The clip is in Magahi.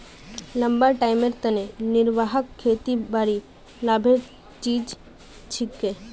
लंबा टाइमेर तने निर्वाह खेतीबाड़ी लाभेर चीज छिके